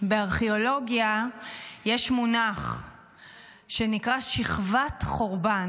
בארכיאולוגיה יש מונח שנקרא "שכבת חורבן".